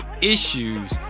issues